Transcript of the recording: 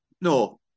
No